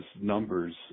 numbers